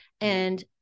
And-